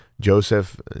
Joseph